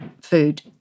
food